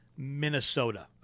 Minnesota